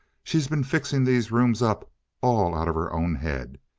she's been fixing these rooms up all out of her own head.